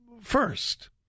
first